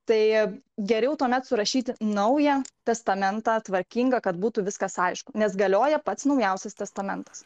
tai geriau tuomet surašyti naują testamentą tvarkinga kad būtų viskas aišku nes galioja pats naujausias testamentas